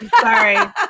Sorry